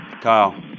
Kyle